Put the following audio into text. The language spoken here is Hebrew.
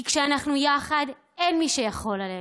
כי כשאנחנו יחד, אין מי שיכול עלינו.